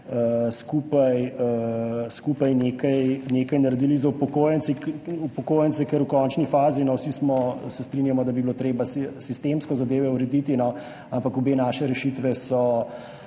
skupaj nekaj naredili za upokojence, ker v končni fazi, vsi se strinjamo, da bi bilo treba sistemsko zadeve urediti, ampak obe naši rešitvi sta